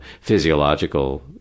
physiological